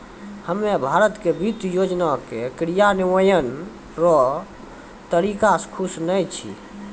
हम्मे भारत के वित्त योजना के क्रियान्वयन रो तरीका से खुश नै छी